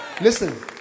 Listen